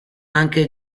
anche